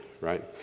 right